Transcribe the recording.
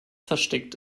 versteckt